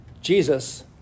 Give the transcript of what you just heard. Jesus